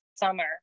summer